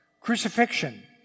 Crucifixion